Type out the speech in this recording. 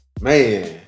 Man